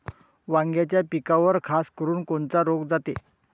वांग्याच्या पिकावर खासकरुन कोनचा रोग जाते?